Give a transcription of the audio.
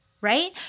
right